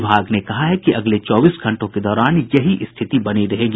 विभाग ने कहा है कि अगले चौबीस घंटों के दौरान यही स्थिति बनी रहेगी